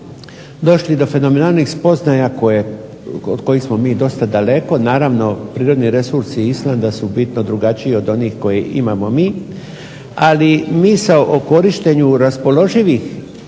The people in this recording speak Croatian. došli do fenomenalnih spoznaja od kojih smo mi dosta daleko. Naravno, prirodni resursi Islanda su bitno drugačiji od onih koje imamo mi, ali misao o korištenju raspoloživih